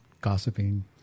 gossiping